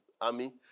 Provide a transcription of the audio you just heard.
army